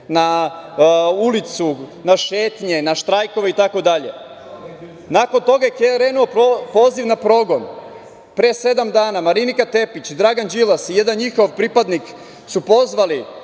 na ulicu, na šetnje, na štrajkove itd. Nakon toga je krenuo poziv na progon. Pre sedam dana Marinika Tepić, Dragan Đilas i jedan njihov pripadnik su pozvali